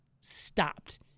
stopped